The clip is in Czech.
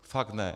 Fakt ne.